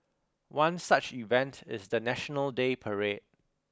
one such event is the National Day parade